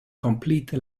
complete